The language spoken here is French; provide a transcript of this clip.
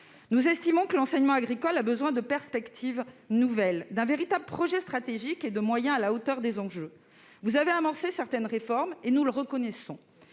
Nous estimons que l'enseignement agricole a besoin de perspectives nouvelles, d'un véritable projet stratégique et de moyens à la hauteur des enjeux. Vous avez annoncé certaines réformes, nous le reconnaissons,